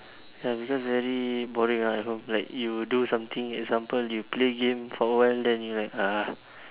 ya because very boring ah at home like you do something for example play game for a while then you like ah